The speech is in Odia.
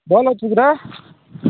କଲ୍ ଅଛି ପରା